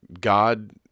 God